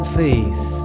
face